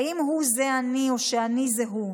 האם הוא זה אני, או שאני זה הוא...